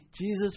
Jesus